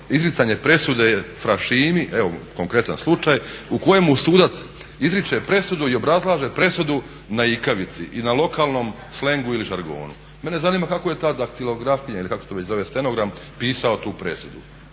izricanje presude fra Šimi evo konkretan slučaj u kojemu sudac izriče presudu i obrazlaže presudu na ikavici i na lokalnom slengu ili žargonu. Mene zanima kako je ta daktilografkinja ili kako se to već zove stenogram pisao tu presudu?